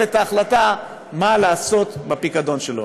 גם את ההחלטה מה לעשות בפיקדון שלו.